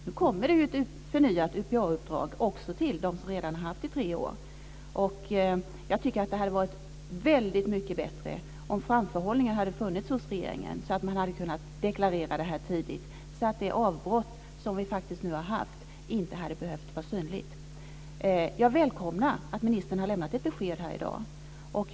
Nu kommer det ett förnyat UPA-uppdrag också till dem som redan har haft ett sådant i tre år. Jag tycker att det hade varit väldigt mycket bättre om det hade funnits en framförhållning hos regeringen, så att man tidigt hade kunnat deklarera detta. Då hade det avbrott som vi nu faktiskt har fått inte behövt bli synligt. Jag välkomnar att ministern här i dag har lämnat ett besked.